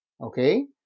Okay